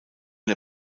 der